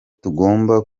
tugomba